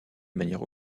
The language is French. manière